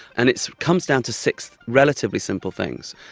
and it comes down to six relatively simple things.